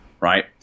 right